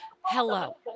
Hello